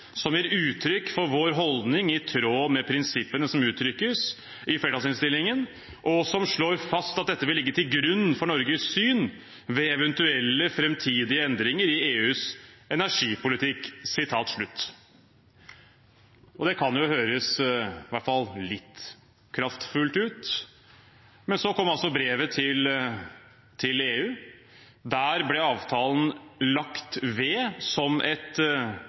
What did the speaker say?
som gir uttrykk for vår holdning i tråd med prinsippene i flertallsinnstillingen, , som slår fast at dette vil ligge til grunn for Norges syn ved eventuelle fremtidige endringer i EUs energipolitikk». Dette kan høres i hvert fall litt kraftfullt ut. Men så kom brevet til EU. Der ble avtalen lagt ved som et